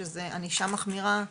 שזה ענישה מחמירה,